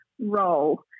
role